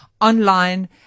online